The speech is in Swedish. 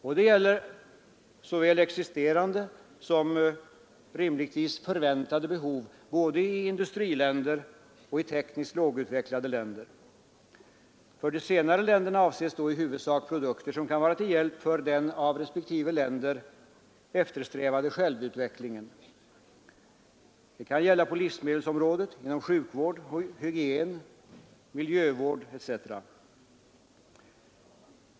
Och det gäller såväl existerande som rimligtvis förväntade behov både i industriländer och i tekniskt lågutvecklade länder. För de senare länderna avses i huvudsak produkter som kan vara till hjälp för den av respektive länder eftersträvade självutvecklingen. Det kan gälla på livsmedelsområdet, inom sjukvård och hygien, inom miljövård etc.